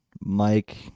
Mike